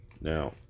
Now